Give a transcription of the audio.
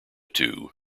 two